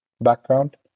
background